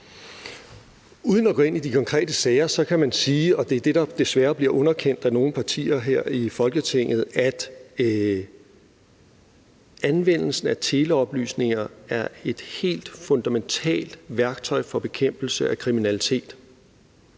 Uden at gå ind i de konkrete sager kan man sige – og det er det, der desværre bliver underkendt af nogle partier her i Folketinget – at anvendelsen af teleoplysninger er et helt fundamentalt værktøj til bekæmpelse af kriminalitet.